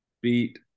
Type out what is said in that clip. beat